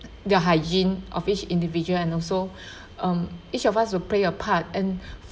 the hygiene of each individual and also um each of us will play a part and